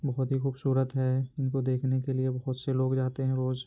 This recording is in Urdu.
بہت ہی خوبصورت ہے ان کو دیکھنے کے لیے بہت سے لوگ جاتے ہیں روز